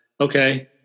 okay